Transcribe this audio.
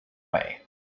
way